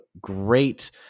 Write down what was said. great